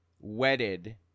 wedded